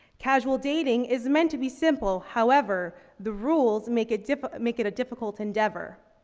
casual dating is meant to be simple, however, the rules make it diffi make it a difficult endeavour.